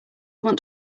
want